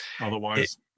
otherwise